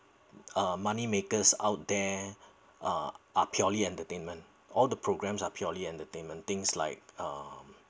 uh money makers out there uh are purely entertainment all the programmes are purely entertainment things like uh